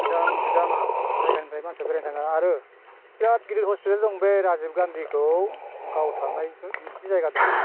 गोजान गोजान जायगानिफ्राय मानसिफ्रा बेरायनो थाङो आरो बिराद गिदिर हस्पिटाल दं बे राजिब गान्धिखौ गावथारनाय बिदि जायगा दङ